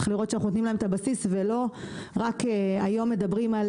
צריך לראות שנותנים להם את הבסיס ולא רק היום מדברים על